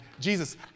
Jesus